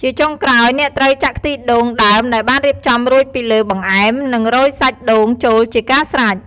ជាចុងក្រោយ អ្នកត្រូវចាក់ខ្ទិះដូងដើមដែលបានរៀបចំរួចពីលើបង្អែម និងរោយសាច់ដូងចូលជាការស្រេច។